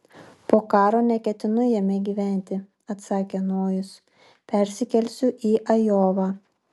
po karo neketinu jame gyventi atsakė nojus persikelsiu į ajovą